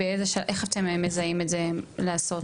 איך אתם מזהים לעשות את זה בשלב שלפני?